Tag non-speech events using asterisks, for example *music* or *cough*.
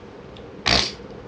*noise*